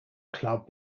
club